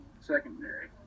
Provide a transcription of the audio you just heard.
secondary